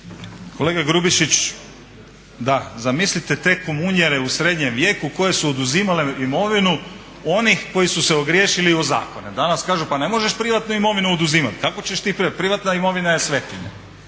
Kolega Grubišić, da, zamislite te komunjare u srednjem vijeku koje su oduzimale imovinu onih koji su se ogriješili o zakone. Danas kažu pa ne možeš privatnu imovinu oduzimati, privatna imovina je svetinja.